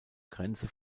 grenze